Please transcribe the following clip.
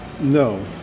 no